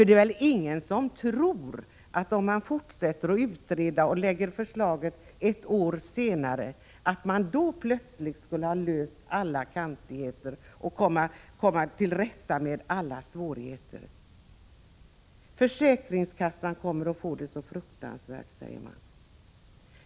Det är väl ingen som tror att om man fortsätter att utreda och lägger förslaget ett år senare, man då plötsligt skulle ha slipat av alla kantigheter och kommit till rätta med alla svårigheter. Försäkringskassan kommer att få det så fruktansvärt, har det sagts.